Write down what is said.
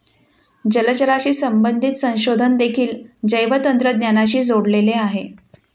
जलचराशी संबंधित संशोधन देखील जैवतंत्रज्ञानाशी जोडलेले आहे